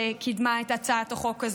שקידמה את הצעת החוק הזו,